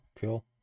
cool